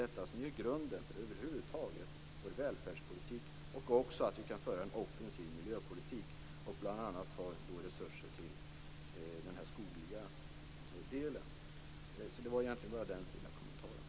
Detta är grunden för vår välfärdspolitik över huvud taget och för våra möjligheter att föra en offensiv miljöpolitik, bl.a. för att ge resurser på det skogliga området. Jag ville bara göra den lilla kommentaren, fru talman.